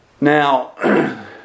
Now